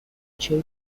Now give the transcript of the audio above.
بچه